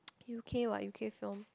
u_k what u_k film